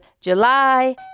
july